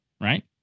right